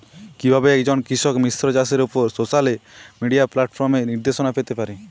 কিভাবে একজন কৃষক মিশ্র চাষের উপর সোশ্যাল মিডিয়া প্ল্যাটফর্মে নির্দেশনা পেতে পারে?